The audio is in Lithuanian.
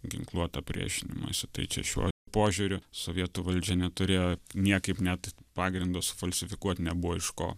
ginkluotą priešinimąsi tai čia šiuo požiūriu sovietų valdžia neturėjo niekaip net pagrindo sufalsifikuot nebuvo iš ko